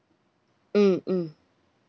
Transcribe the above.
mm mm